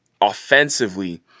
offensively